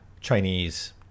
Chinese